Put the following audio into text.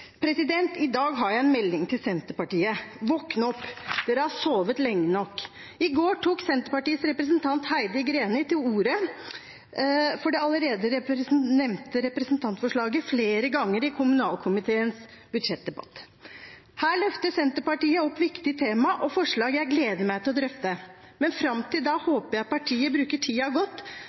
I dag har jeg en melding til Senterpartiet: Våkn opp, dere har sovet lenge nok. I går tok Senterpartiets representant Heidi Greni til orde for det allerede nevnte representantforslaget flere ganger i kommunalkomiteens budsjettdebatt. Her løfter Senterpartiet opp viktige temaer og forslag jeg gleder meg til å drøfte. Men fram til da håper jeg partiet bruker tiden godt